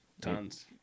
tons